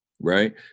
right